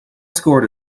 scored